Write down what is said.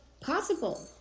possible